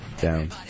down